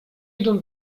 idą